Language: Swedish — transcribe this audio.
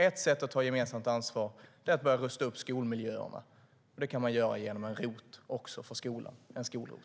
Ett sätt är att börja rusta upp skolmiljöerna. Det kan vi göra genom att införa ROT-avdrag också för skolor, skol-ROT.